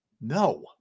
No